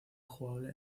jugable